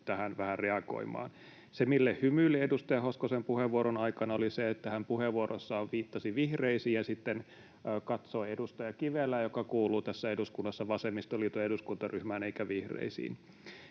tähän vähän reagoimaan. Se, mille hymyilin edustaja Hoskosen puheenvuoron aikana, oli se, että hän puheenvuorossaan viittasi vihreisiin ja sitten katsoi edustaja Kivelää, joka kuuluu tässä eduskunnassa vasemmistoliiton eduskuntaryhmään eikä vihreisiin.